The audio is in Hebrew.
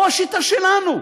או השיטה שלנו.